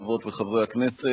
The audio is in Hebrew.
חברות וחברי הכנסת,